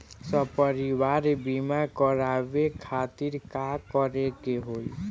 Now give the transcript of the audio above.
सपरिवार बीमा करवावे खातिर का करे के होई?